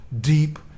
deep